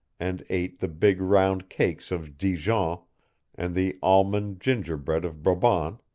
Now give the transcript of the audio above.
and ate the big round cakes of dijon and the almond gingerbread of brabant,